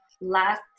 Last